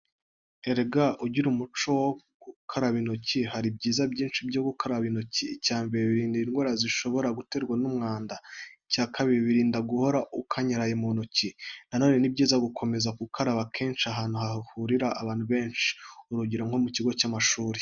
Ese ugira umuco wo gukaraba intoki? Hari ibyiza byinshi byo gukoraba intoki. Icyambere: birinda indwara zishobora guterwa n'umwanda. Icyakabiri: birinda guhora ukanyaraye mu ntoki. Na none ni byiza gukomeza gukaraba kenshi ahantu hahurira abantu benshi, urugero nko mu kigo cy'amashuri.